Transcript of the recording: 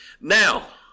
Now